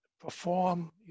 perform